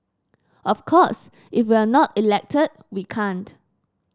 of course if we're not elected we can't